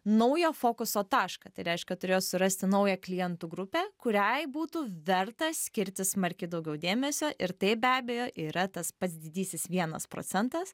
naują fokuso tašką tai reiškia turėjo surasti naują klientų grupę kuriai būtų verta skirti smarkiai daugiau dėmesio ir tai be abejo yra tas pats didysis vienas procentas